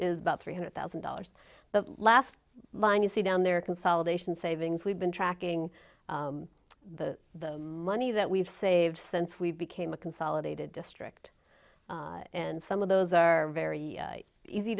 is about three hundred thousand dollars last minute see down there consolidation savings we've been tracking the the money that we've saved since we became a consolidated district and some of those are very easy